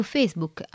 Facebook